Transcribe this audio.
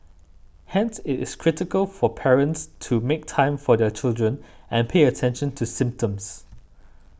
hence it is critical for parents to make time for their children and pay attention to symptoms